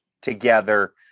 together